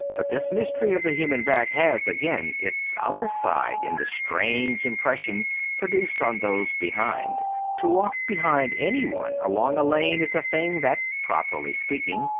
but this mystery of the human back has, again, its other side in the strange im pression produced on those behind to walk behind anyone along a lane is a thing that, properly speaking,